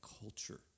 culture